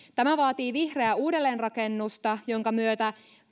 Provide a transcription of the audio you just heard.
tämä vaatii vihreää uudelleenrakennusta jonka myötä